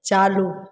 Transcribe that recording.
चालू